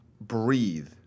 breathe